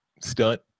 stunt